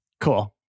Cool